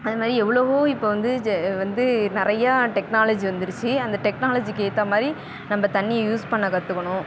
அதுமாதிரி எவ்வளோவோ இப்போ வந்து ஜெ வந்து நிறையா டெக்னாலஜி வந்துருச்சு அந்த டெக்னாலஜிக்கு ஏற்றா மாதிரி நம்ப தண்ணியை யூஸ் பண்ண கற்றுக்கணும்